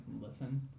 listen